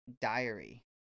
diary